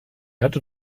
hatte